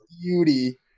Beauty